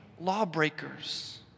lawbreakers